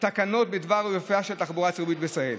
תקנות בדבר אופייה של התחבורה הציבורית בישראל.